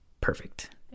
perfect